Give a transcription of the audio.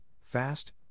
fast